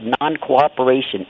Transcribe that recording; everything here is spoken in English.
non-cooperation